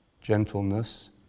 gentleness